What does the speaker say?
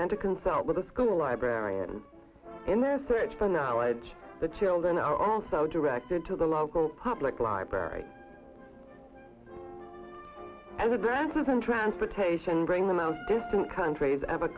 and to consult with the school librarian in their search for knowledge the children are also directed to the local public library and the girls and transportation bring the most distant countries ever